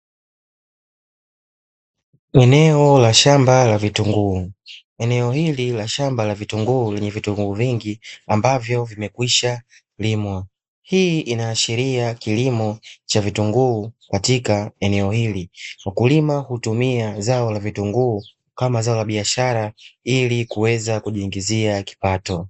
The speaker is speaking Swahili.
Eneo la shamba la vitunguu, eneo hili la shamba la vitunguu lenye vitunguu vingi ambavyo vimekwisha limwa, hii inaashiria kilimo cha vitunguu katika eneo hili. Wakulima hutumia zao la vitunguu kama zao la biashara ili kuweza kujiingizia kipato.